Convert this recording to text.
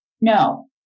no